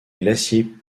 glacier